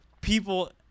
people –